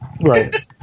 Right